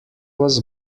was